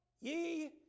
ye